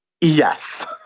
Yes